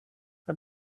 are